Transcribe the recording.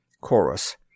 Chorus